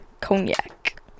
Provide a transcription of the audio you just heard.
Cognac